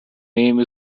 name